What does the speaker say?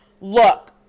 look